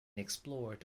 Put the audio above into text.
explored